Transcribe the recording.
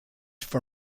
for